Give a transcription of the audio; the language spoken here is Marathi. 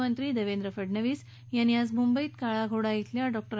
मुख्यमंत्री देवेंद्र फडणवीस यांनी आज काळा घोडा इथल्या डॉ